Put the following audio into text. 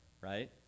right